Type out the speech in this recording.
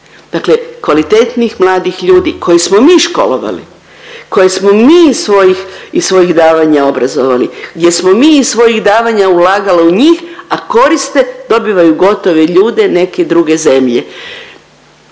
dakle kvalitetnih radnih ljudi koje smo mi školovali, koje smo mi svojih, iz svojih davanja obrazovali gdje smo mi iz svojih davanja ulagali u njih, a koriste, dobivaju gotove ljude neke druge zemlje.